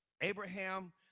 Abraham